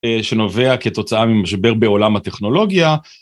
שנובע כתוצאה ממשבר בעולם הטכנולוגיה.